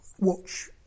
watch